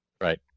Right